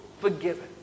forgiven